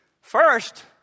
First